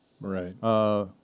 Right